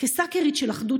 "כסאקרית של אחדות,